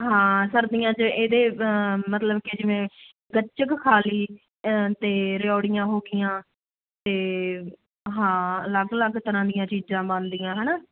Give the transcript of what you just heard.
ਹਾਂ ਸਰਦੀਆਂ 'ਚ ਇਹਦੇ ਮਤਲਬ ਕਿ ਜਿਵੇਂ ਗੱਚਕ ਖਾ ਲਈ ਤੇ ਰਿਉੜੀਆਂ ਹੋ ਗਈਆਂ ਤੇ ਹਾਂ ਅਲੱਗ ਅਲੱਗ ਤਰ੍ਹਾਂ ਦੀਆਂ ਚੀਜ਼ਾਂ ਬਣਦੀਆਂ ਹਨਾ